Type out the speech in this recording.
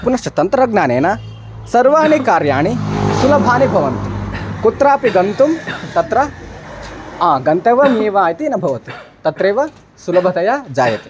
पुनश्च तन्त्रज्ञानेन सर्वाणि कार्याणि सुलभानि भवन्ति कुत्रापि गन्तुं तत्र गन्तव्यमेव इति न भवति तत्रैव सुलभतया जायते